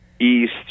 east